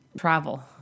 Travel